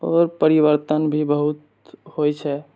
तब परवर्तन भी बहुत होइ छै